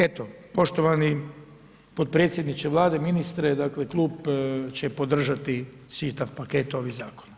Eto, poštovani potpredsjedniče Vlade, ministre, dakle klub će podržati čitav paket ovih zakona.